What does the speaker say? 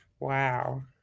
Wow